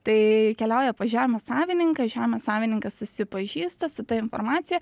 tai keliauja pas žemės savininką žemės savininkas susipažįsta su ta informacija